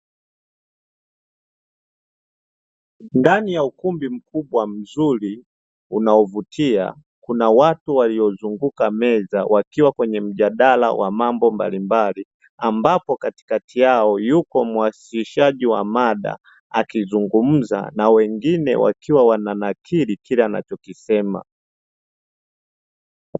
Ndani ya ukumbi mkubwa mzuri unaovutia kuna watu waliozunguka meza wakiwa kwenye mjadala wa mambo mbalimbali, ambapo katikati yao yuko mwasilishaji wa mada, akizungumza na wengine wakiwa wananakili kile anachokisema.